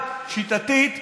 שיטתית,